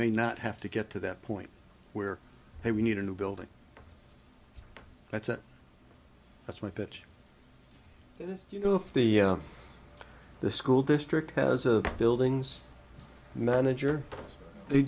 may not have to get to that point where we need a new building that's it that's my pitch that is you know if the the school district has a buildings manager they